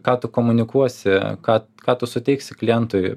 ką tu komunikuosi ką ką tu suteiksi klientui